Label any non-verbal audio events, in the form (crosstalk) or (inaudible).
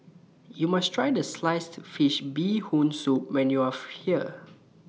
YOU must tried Sliced Fish Bee Hoon Soup when YOU Are (noise) here